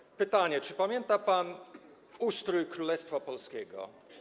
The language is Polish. Zadam pytanie: Czy pamięta pan ustrój Królestwa Polskiego?